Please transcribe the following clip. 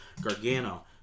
Gargano